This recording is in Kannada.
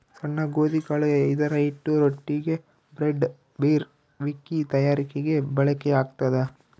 ಸಣ್ಣ ಗೋಧಿಕಾಳು ಇದರಹಿಟ್ಟು ರೊಟ್ಟಿಗೆ, ಬ್ರೆಡ್, ಬೀರ್, ವಿಸ್ಕಿ ತಯಾರಿಕೆಗೆ ಬಳಕೆಯಾಗ್ತದ